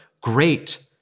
great